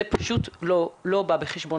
הדבר הזה לא בא בחשבון,